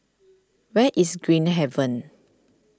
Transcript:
where is Green Haven